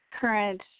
current